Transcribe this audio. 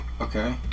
Okay